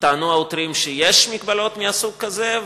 וטענו העותרים שיש מגבלות מסוג כזה.